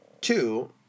Two